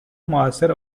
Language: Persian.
موثر